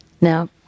Now